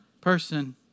person